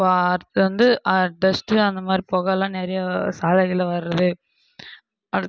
இப்போ அடுத்து வந்து டெஸ்ட்டு அந்த மாதிரி பொகைல்லாம் நிறையா சாலையில் வரது அடுத்து